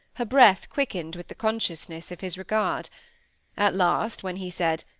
her breath quickened with the consciousness of his regard at last, when he said,